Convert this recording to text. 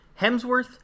Hemsworth